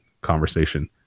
conversation